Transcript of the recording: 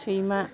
सैमा